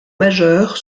majeures